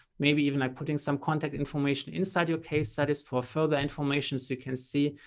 maybe even like putting some contact information inside your case studies for further information so you can see,